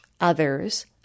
others